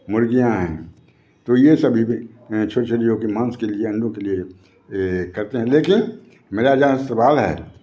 मुर्गियाँ हैं तो ये सब भी के माँस के लिए अंडों के लिए करते हैं लेकिन मेरा जहाँ सवाल है